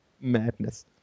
Madness